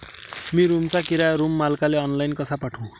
मी रूमचा किराया रूम मालकाले ऑनलाईन कसा पाठवू?